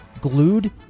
glued